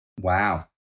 Wow